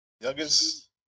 Youngest